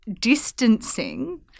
distancing